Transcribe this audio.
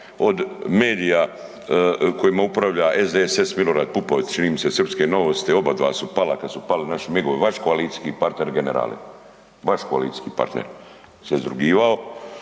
od medija kojima upravlja SDSS-a Milorad Pupovac, čini mi se srpske novosti, oba dva su pala, kad su pali naši MIG-ovi, vaš koalicijski partner generale, vaš koalicijski partner se izrugivao.